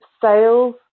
sales